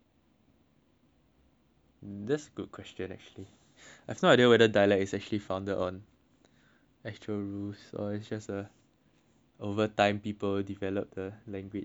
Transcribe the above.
that's good question actually I have no idea whether dialect is actually founded on actual rules or it's just a over time people develop a language